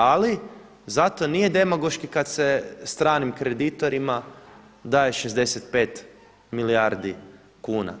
Ali zato nije demagoški kada se stranim kreditorima daje 65 milijardi kuna.